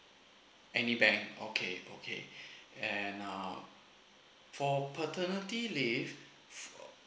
any bank okay okay and um for paternity leave for